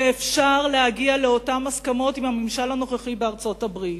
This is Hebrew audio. ואפשר להגיע לאותן הסכמות עם הממשל הנוכחי בארצות-הברית: